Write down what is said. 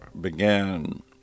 began